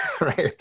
Right